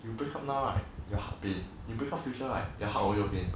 you break up now right your heart pain you break up future right your heart also pain